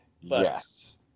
Yes